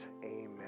amen